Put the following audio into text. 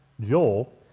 Joel